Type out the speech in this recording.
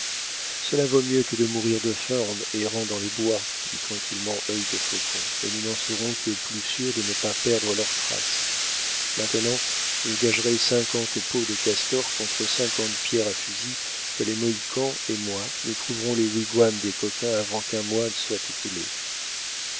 cela vaut mieux que de mourir de faim en errant dans les bois dit tranquillement œil de faucon et nous n'en serons que plus sûrs de ne pas perdre leurs traces maintenant je gagerais cinquante peaux de castor contre cinquante pierres à fusil que les mohicans et moi nous trouverons les wigwams des coquins avant qu'un mois soit écoulé